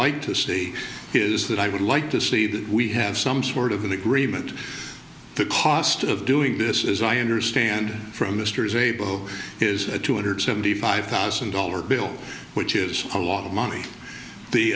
like to see is that i would like to see that we have some sort of an agreement the cost of doing this as i understand from mr is a bow is a two hundred seventy five thousand dollar bill which is a lot of money the